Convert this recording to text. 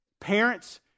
Parents